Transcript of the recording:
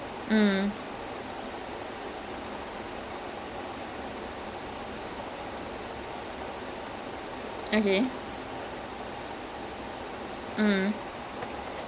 so என்ன ஆச்சுனா:enna aachunaa he was from a very humble beginning his dad was a his dad or mum was a teacher அப்புறம்:appuram he joined the air force so after he joined the air force right